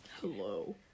hello